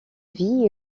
vie